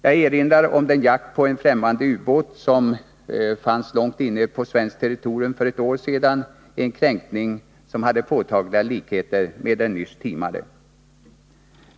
Jag erinrar om jakten på en främmande ubåt som befann sig långt inne på svenskt territorium för ett år sedan, en kränkning som har påtagliga likheter med den nyss timade.